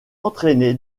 entraîné